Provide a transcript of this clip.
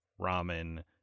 ramen